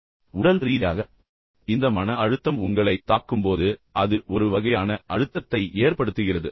பின்னர் உடல் ரீதியாக இந்த மன அழுத்தம் உங்களைத் தாக்கும்போது அது ஒரு வகையான அழுத்தத்தை ஏற்படுத்துகிறது